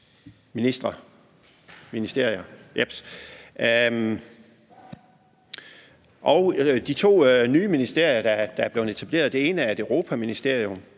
de to nye ministerier, der er blevet etableret, er et Europaministerium,